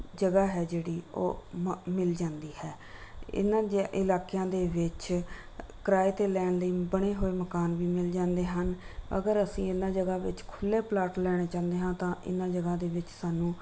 ਜਗ੍ਹਾ ਹੈ ਜਿਹੜੀ ਉਹ ਮ ਮਿਲ ਜਾਂਦੀ ਹੈ ਇਨ੍ਹਾਂ ਜਿਹੇ ਇਲਾਕਿਆਂ ਦੇ ਵਿੱਚ ਕਿਰਾਏ 'ਤੇ ਲੈਣ ਲਈ ਬਣੇ ਹੋਏ ਮਕਾਨ ਵੀ ਮਿਲ ਜਾਂਦੇ ਹਨ ਅਗਰ ਅਸੀਂ ਇਨ੍ਹਾਂ ਜਗ੍ਹਾ ਵਿੱਚ ਖੁੱਲ੍ਹੇ ਪਲਾਟ ਲੈਣਾ ਚਾਹੁੰਦੇ ਹਾਂ ਤਾਂ ਇਨ੍ਹਾਂ ਜਗ੍ਹਾ ਦੇ ਵਿੱਚ ਸਾਨੂੰ